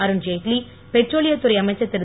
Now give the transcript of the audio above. அருண்ஜெட்லி பெட்ரோலியத் துறை அமைச்சர் திரு